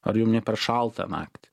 ar jum ne per šaltą naktį